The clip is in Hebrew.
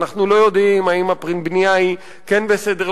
אנחנו לא יודעים אם הבנייה היא כן בסדר,